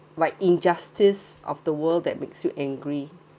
by injustice of the world that makes you angry